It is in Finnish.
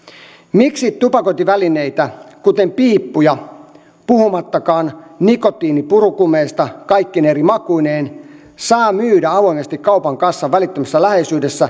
miksi tupakointivälineitä kuten piippuja puhumattakaan nikotiinipurukumeista kaikkine eri makuineen saa myydä avoimesti kaupan kassan välittömässä läheisyydessä